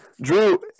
Drew